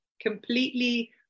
Completely